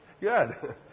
good